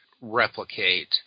replicate